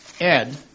Ed